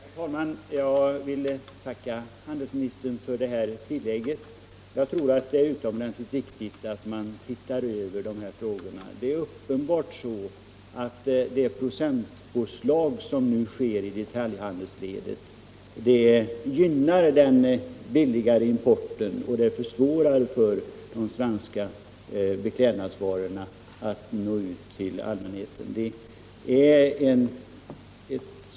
Herr talman! Jag vill tacka handelsministern för det här tillägget. Jag tror det är utomordentligt viktigt att man ser över dessa frågor. Det är uppenbart att de procentpåslag som nu görs i detaljhandelsledet gynnar den billigare importen och försvårar för de svenska beklädnadsvarorna att nå ut till allmänheten.